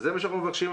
וזה מה שאנחנו מבקשים.